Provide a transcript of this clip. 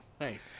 nice